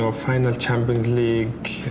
ah final champions league.